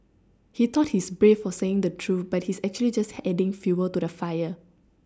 he thought he's brave for saying the truth but he's actually just adding fuel to the fire